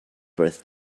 birth